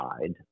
side